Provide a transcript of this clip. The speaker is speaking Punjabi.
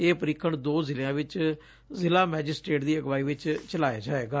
ਇਹ ਪਰੀਖਣ ਦੋ ਜ਼ਿਲ੍ਹਿਆ ਵਿਚ ਜ਼ਿਲ੍ਹਾ ਮੈਜਿਸਟਰੇਟ ਦੀ ਅਗਵਾਈ ਵਿੱਚ ਚਲਾਇਆ ਜਾਵੇਗਾ